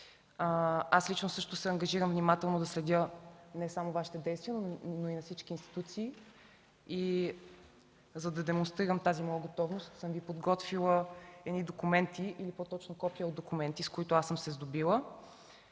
Лично аз също се ангажирам внимателно да следя не само Вашите действия, но и на всички институции. За да демонстрирам тази моя готовност, аз съм Ви подготвила документи, по-точно копия от документи, с които съм се сдобила,